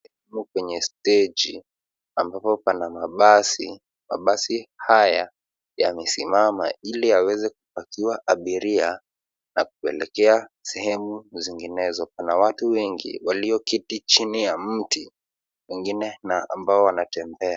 Tuko kwenye steji ambapo pana mabasi . Mabasi haya yamesimama ili yaweze kupakiwa abiria na kuelekea sehemu zinginezo. Pana watu wengi walioketi chini ya mti, wengine na ambao wanatembea.